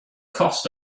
cost